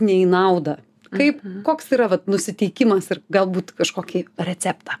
ne į naudą kaip koks yra vat nusiteikimas ir galbūt kažkokį receptą